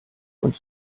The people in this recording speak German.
und